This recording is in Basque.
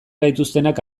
gaituztenak